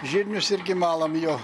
žirnius irgi malam jo